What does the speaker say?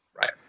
Right